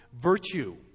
virtue